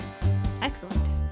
Excellent